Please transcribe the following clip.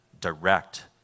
direct